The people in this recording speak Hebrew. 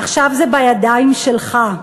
עכשיו זה בידיים שלך.